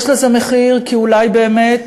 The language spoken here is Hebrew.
יש לזה מחיר כי אולי באמת